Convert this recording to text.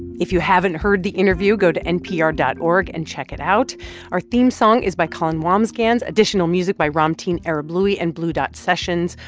if you haven't heard the interview, go to npr dot org and check it out our theme song is by colin wambsgans additional music by ramtin arablouei and blue dot sessions.